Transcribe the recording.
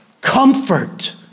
Comfort